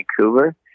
Vancouver